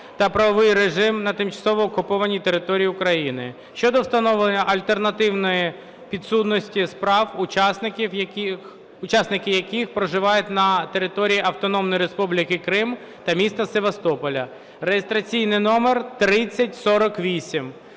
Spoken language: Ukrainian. та правовий режим на тимчасово окупованій території України" щодо встановлення альтернативної підсудності справ, учасники яких проживають на території Автономної Республіки Крим та міста Севастополя (реєстраційний номер 3048).